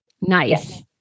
Nice